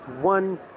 one